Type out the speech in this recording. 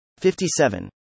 57